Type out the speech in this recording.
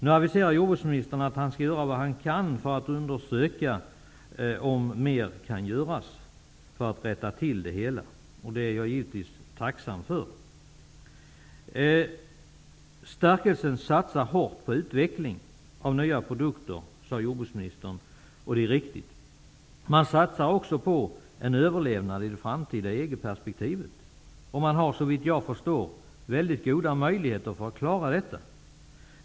Nu aviserar jordbruksministern att han skall göra vad han kan för att undersöka om mer kan göras för att rätta till det hela. Det är jag givetvis tacksam för. Stärkelseproducenterna satsar hårt på utveckling av nya produkter, sade jordbruksministern, vilket är riktigt. Man satsar också på en överlevnad i det framtida EG-perspektivet. Såvitt jag förstår har man goda möjligheter att klara detta.